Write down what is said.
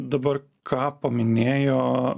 dabar ką paminėjo